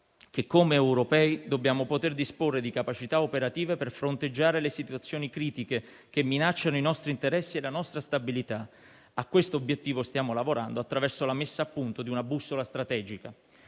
che come europei dobbiamo poter disporre di capacità operative per fronteggiare le situazioni critiche che minacciano i nostri interessi e la nostra stabilità. A quest'obiettivo stiamo lavorando attraverso la messa a punto di una bussola strategica.